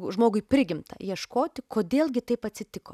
žmogui prigimta ieškoti kodėl gi taip atsitiko